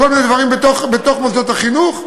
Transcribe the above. כל מיני דברים בתוך מוסדות החינוך.